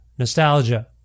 nostalgia